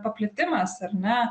paplitimas ar ne